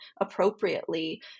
appropriately